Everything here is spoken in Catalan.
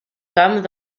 camp